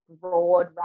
broad